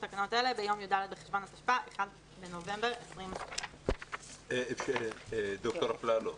תקנות אלה ביום י"ד בחשוון התשפ"א (1 בנובמבר 2020). דוקטור אפללו,